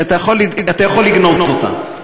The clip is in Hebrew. אתה יכול לגנוז אותה.